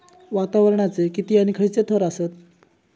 वातावरणाचे किती आणि खैयचे थर आसत?